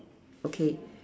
okay